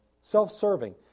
Self-serving